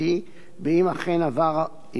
אם אכן עבר אירוע שכזה.